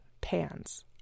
pans